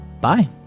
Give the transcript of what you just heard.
Bye